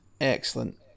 excellent